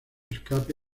escape